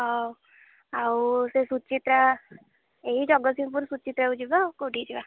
ହଉ ସେ ସୂଚିତ୍ରା ଏହି ଜଗତସିଂହପୁର ସୂଚିତ୍ରାକୁ ଯିବା ଆଉ କୋଉଠିକି ଯିବା